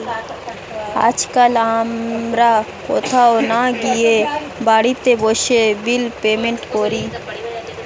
আজকাল আমরা কোথাও না গিয়ে বাড়িতে বসে বিল পেমেন্ট করি